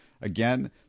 Again